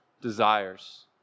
desires